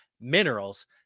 minerals